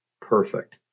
perfect